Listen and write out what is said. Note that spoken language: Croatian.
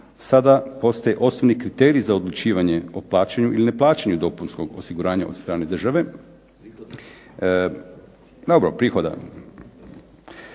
sada postaje osobni kriterij za odlučivanje o plaćanju ili ne plaćanju dopunskog osiguranja od strane države.